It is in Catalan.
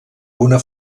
una